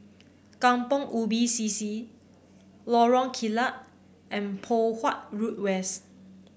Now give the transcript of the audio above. Kampong Ubi C C Lorong Kilat and Poh Huat Road West